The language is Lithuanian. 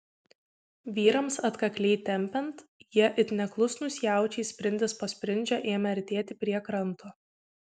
vyrams atkakliai tempiant jie it neklusnūs jaučiai sprindis po sprindžio ėmė artėti prie kranto